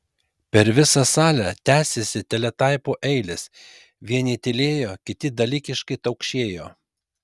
per visą salę tęsėsi teletaipų eilės vieni tylėjo kiti dalykiškai taukšėjo